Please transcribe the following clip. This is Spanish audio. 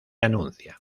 anuncia